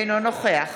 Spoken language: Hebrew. אינו נוכח